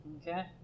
Okay